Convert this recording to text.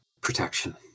protection